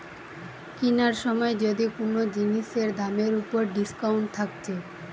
কিনার সময় যদি কুনো জিনিসের দামের উপর ডিসকাউন্ট থাকছে